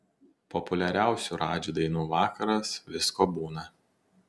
populiariausių radži dainų vakaras visko būna